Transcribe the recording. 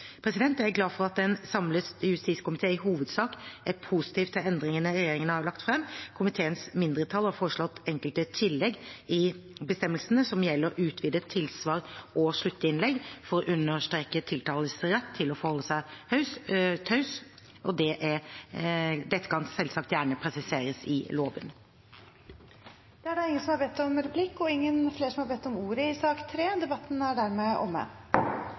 Jeg er glad for at en samlet justiskomité i hovedsak er positiv til endringene regjeringen har lagt fram. Komiteens mindretall har foreslått enkelte tillegg i bestemmelsene som gjelder utvidet tilsvar og sluttinnlegg, for å understreke tiltaltes rett til å forholde seg taus. Dette kan selvsagt gjerne presiseres i loven. Flere har ikke bedt om ordet til sak nr. 3. Etter ønske fra justiskomiteen vil presidenten ordne debatten